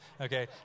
okay